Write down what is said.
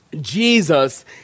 Jesus